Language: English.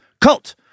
cult